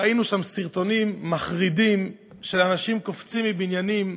ראינו שם סרטונים מחרידים של אנשים קופצים מבניינים.